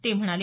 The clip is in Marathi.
ते म्हणाले